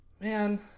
Man